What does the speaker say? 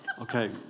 Okay